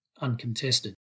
uncontested